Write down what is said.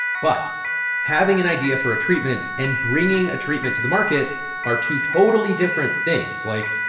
but having an idea for a treatment and bringing a treatment to the market are two totally different things. like,